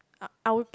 I I would